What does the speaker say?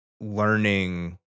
learning